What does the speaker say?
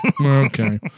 Okay